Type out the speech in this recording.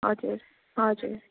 हजुर हजुर